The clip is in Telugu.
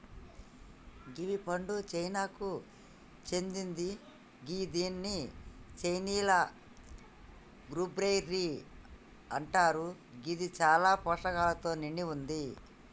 కివి పండు చైనాకు సేందింది గిదాన్ని చైనీయుల గూస్బెర్రీ అంటరు గిది చాలా పోషకాలతో నిండి వుంది